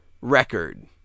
record